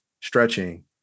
stretching